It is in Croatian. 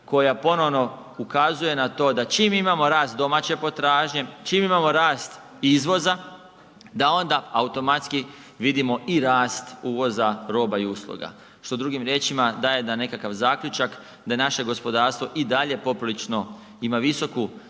koja ponovno ukazuje na to da čim imamo rast domaće potražnje, čim imamo rast izvoza da onda automatski vidimo i rast uvoza, roba i usluga. Što drugim riječima daje nekakav zaključak da je naše gospodarstvo i dalje poprilično ima visoku